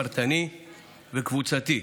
פרטני וקבוצתי.